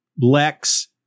Lex